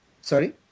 Sorry